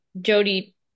Jody